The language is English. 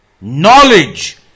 knowledge